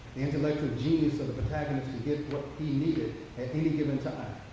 the intellectual genius of the protagonist to get what he needed at any given time,